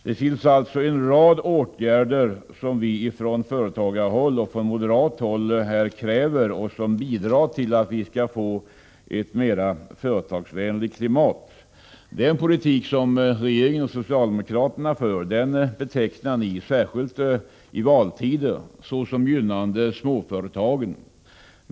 Det finns alltså en rad åtgärder som vi från företagarhåll och från moderat håll kräver och som kommer att bidra till att vi får ett mera företagsvänligt klimat. Den politik som regeringen och socialdemokraterna för betecknar ni, särskilt i valtider, såsom gynnande småföretagen.